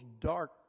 dark